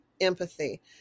empathy